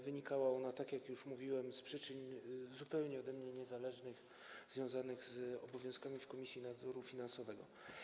Wynikała ona, jak już mówiłem, z przyczyn zupełnie ode mnie niezależnych, związanych z obowiązkami w Komisji Nadzoru Finansowego.